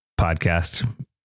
podcast